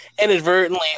Inadvertently